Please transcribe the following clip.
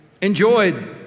enjoyed